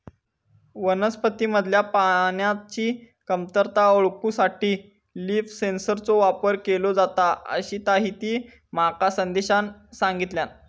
वनस्पतींमधल्या पाण्याची कमतरता ओळखूसाठी लीफ सेन्सरचो वापर केलो जाता, अशीताहिती माका संदेशान सांगल्यान